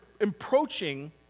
approaching